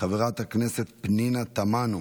חברת הכנסת פנינה תמנו,